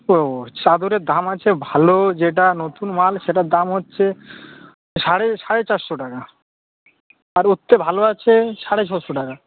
ও চাদরের দাম আছে ভালো যেটা নতুন মাল সেটার দাম হচ্ছে সাড়ে সাড়ে চারশো টাকা আর ওর চেয়ে ভালো আছে সাড়ে ছশো টাকা